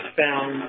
found